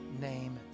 name